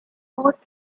port